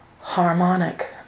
harmonic